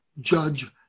judge